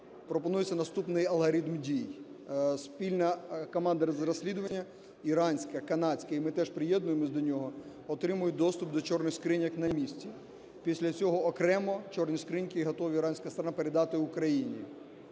пропонується наступний алгоритм дій. Спільна команда з розслідування, іранська, канадська, і ми теж приєднуємося до нього, отримають доступ до "чорних скриньок" на місці. Після цього окремо "чорні скриньки" готова іранська сторона передати Україні.